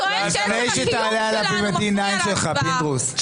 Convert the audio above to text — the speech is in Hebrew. לפני שתעלה עליו עם ה-D9 שלך, פינדרוס.